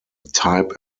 type